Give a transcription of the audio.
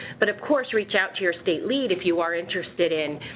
but of course reach out to your state lead if you are interested in